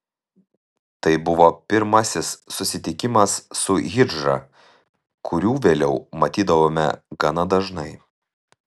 tai buvo pirmasis susitikimas su hidžra kurių vėliau matydavome gana dažnai